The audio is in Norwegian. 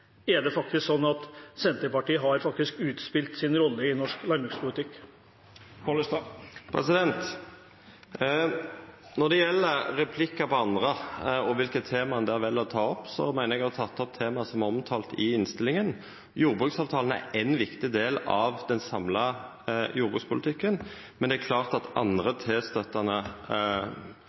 at Senterpartiet faktisk har utspilt sin rolle i norsk landbrukspolitikk? Når det gjeld replikkar på andre og kva tema ein vel å ta opp, meiner eg at eg har teke opp tema som er omtalte i innstillinga. Jordbruksavtalen er ein viktig del av den samla jordbrukspolitikken. Men det er klart at andre